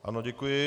Ano, děkuji.